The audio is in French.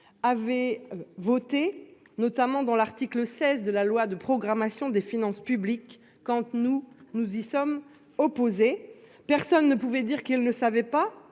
avaient voté notamment dans l'article 16 de la loi de programmation des finances publiques. Quand nous nous y sommes opposés. Personne ne pouvait dire qu'elle ne savait pas